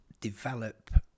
develop